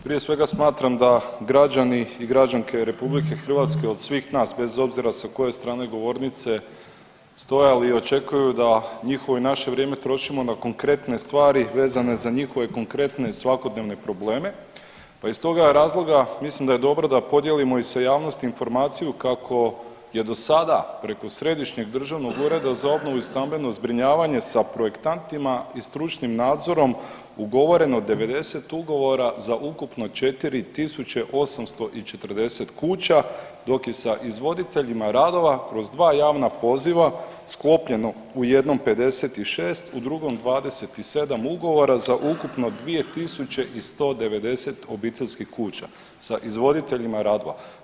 Prije svega smatram da građani i građanke Republike Hrvatske od svih nas, bez obzira sa koje strane govornice stajali očekuju da njihovo i naše vrijeme trošimo na konkretne stvari, vezano za njihove konkretne svakodnevne probleme, pa iz toga razloga mislim da je dobro da podijelimo i sa javnosti informaciju kako je do sada preko Središnjeg državnog ureda za obnovu i stambeno zbrinjavanje sa projektantima i stručnim nadzorom ugovoreno 90 ugovora za ukupno 4 840 kuća, dok je sa izvoditeljima radova kroz 2 javna poziva sklopljeno u jednom 56, u drugom 27 ugovora za ukupno 2 190 obiteljskih kuća sa izvoditeljima radova.